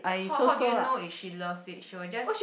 how how do you know if she loves it she will just